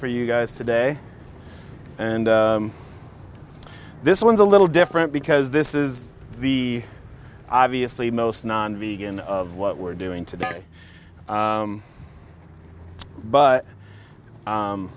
for you guys today and this one's a little different because this is the obviously most non begin of what we're doing today but